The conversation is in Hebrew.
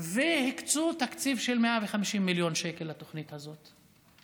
הקצו תקציב של 150 מיליון שקל לתוכנית הזאת.